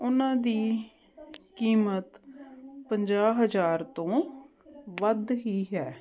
ਉਹਨਾਂ ਦੀ ਕੀਮਤ ਪੰਜਾਹ ਹਜ਼ਾਰ ਤੋਂ ਵੱਧ ਹੀ ਹੈ